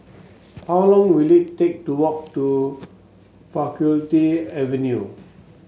how long will it take to walk to Faculty Avenue